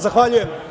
Zahvaljujem.